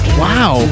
wow